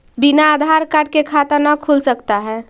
बिना आधार कार्ड के खाता न खुल सकता है?